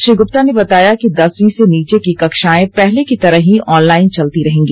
श्री गृप्ता ने बताया कि दसवीं से नीचे की कक्षाएं पहले की तरह ही ऑनलाइन चलती रहेंगी